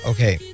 Okay